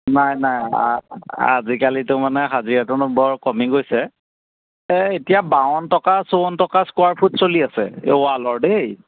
নাই নাই আজিকালিটো মানে হাজিৰাটোনো বৰ কমি গৈছে এতিয়া বাৱন টকা চৌৱন টকা স্কোৱাৰ ফুট চলি আছে এই ৱালৰ দেই